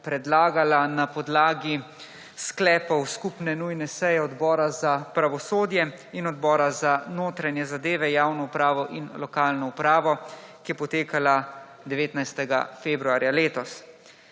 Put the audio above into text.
predlagala na podlagi sklepov skupne nujne seje Odbora za pravosodje in Odbora za notranje zadeve, javno upravo in lokalno samoupravo, ki je potekala 19. februarja letos.